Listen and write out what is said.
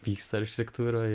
vyksta architektūra